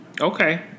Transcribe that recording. Okay